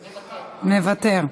מוותר,